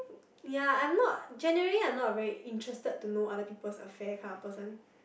ya I'm not generally I'm not a very interested to know other people's affair kind of person